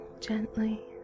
Gently